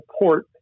support